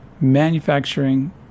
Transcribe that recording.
manufacturing